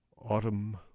Autumn